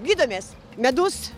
gydomės medus